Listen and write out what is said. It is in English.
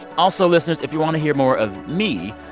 also, listeners, if you want to hear more of me,